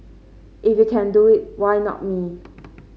if you can do it why not me